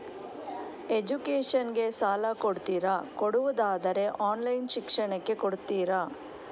Education ಗೆ ಸಾಲ ಕೊಡ್ತೀರಾ, ಕೊಡುವುದಾದರೆ ಆನ್ಲೈನ್ ಶಿಕ್ಷಣಕ್ಕೆ ಕೊಡ್ತೀರಾ?